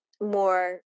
more